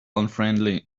unfriendly